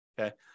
Okay